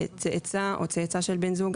צאצא או צאצא של בן זוג,